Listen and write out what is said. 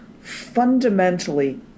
fundamentally